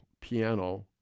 piano